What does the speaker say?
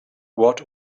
what